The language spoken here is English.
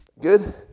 Good